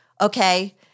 Okay